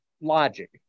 logic